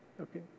Okay